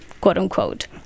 quote-unquote